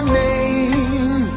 name